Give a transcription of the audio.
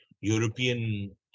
European